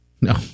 No